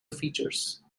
features